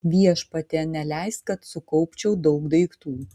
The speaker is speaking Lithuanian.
viešpatie neleisk kad sukaupčiau daug daiktų